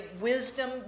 wisdom